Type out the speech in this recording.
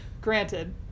Granted